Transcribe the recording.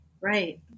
Right